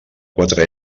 quatre